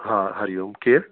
हा हरिओम केरु